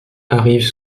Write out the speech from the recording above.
arrivent